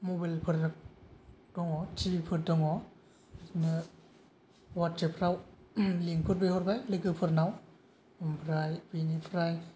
मबाइलफोर दङ टिभिफोर दङ बिदिनो वाट्सएपफ्राव लिंकफोर बिहरबाय लोगफोरनाव ओमफ्राय बिनिफ्राय